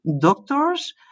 doctors